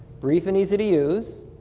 brief and easy to use,